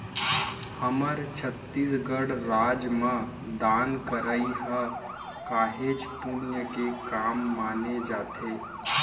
हमर छत्तीसगढ़ राज म दान करई ह काहेच पुन्य के काम माने जाथे